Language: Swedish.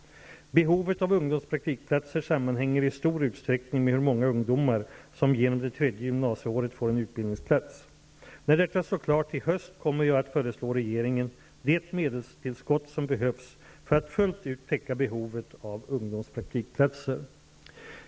Behovet av ungdomspraktikplatser sammanhänger i stor utsträckning med hur många ungdomar som genom det tredje gymnasieåret får en utbildningsplats. När detta står klart i höst kommer jag att föreslå regeringen det medelstillskott som behövs för att fullt ut täcka behovet av ungdomspraktikplatser.